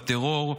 בטרור.